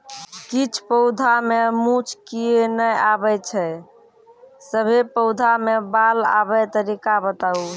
किछ पौधा मे मूँछ किये नै आबै छै, सभे पौधा मे बाल आबे तरीका बताऊ?